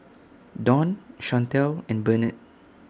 Don Shantell and Burnett